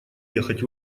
ехать